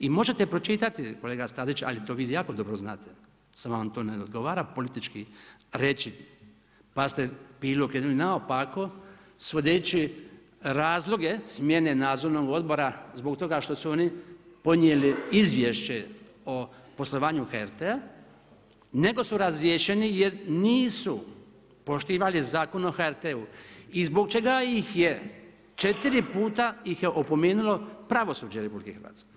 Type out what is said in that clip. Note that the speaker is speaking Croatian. I možete pročitati kolega Stazić, ali vi to jako dobro znate samo vam to ne odgovara politički reći, pa ste „pilu okrenuli naopako“ svodeći razloge smjene Nadzornog odbora zbog toga što su oni podnijeli Izvješće o poslovanju HRT-a, nego su razriješeni jer nisu poštivali Zakon o HRT-u i zbog čega ih je 4 puta ih je opomenulo pravosuđe Republike Hrvatske.